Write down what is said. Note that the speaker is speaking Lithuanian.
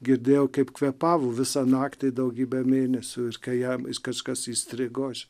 girdėjau kaip kvėpavo visą naktį daugybę mėnesių ir kai jam kažkas įstrigo aš